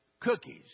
Cookies